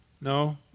No